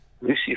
Lucy